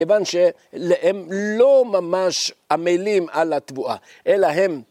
כיוון שהם לא ממש עמלים על התבואה, אלא הם...